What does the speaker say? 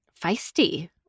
feisty